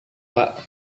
pak